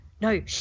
No